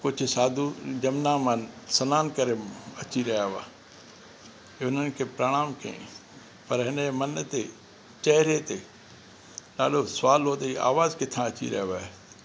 कुझु साधू जमुना मां सनानु करे अची विया हुआ हे हुननि खे प्रणाम कयईं पर हिन जे मन ते चेहरे ते ॾाढो सवालु हो त हीअ आवाज़ु किथा अची रहियो आहे